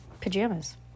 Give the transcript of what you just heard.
pajamas